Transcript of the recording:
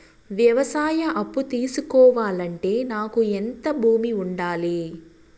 వ్యవసాయ అప్పు తీసుకోవాలంటే నాకు ఎంత భూమి ఉండాలి?